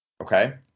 Okay